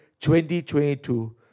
2022